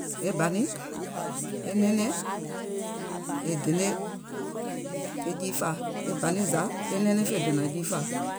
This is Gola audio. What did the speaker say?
E bȧ niŋ, e nɛɛnɛŋ è dene ke jiifȧa, e bȧ niŋ e nɛɛnɛŋ fè dènàŋ jiifȧa.